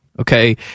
okay